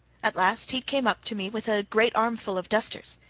at last he came up to me with a great armful of dusters.